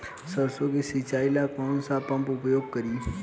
सरसो के सिंचाई ला कौन सा पंप उपयोग करी?